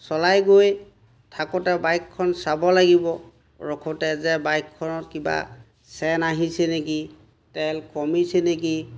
চলাই গৈ থাকোঁতে বাইকখন চাব লাগিব ৰখোঁতে যে বাইকখনত কিবা চেন আহিছে নেকি তেল কমিছে নেকি